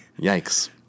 Yikes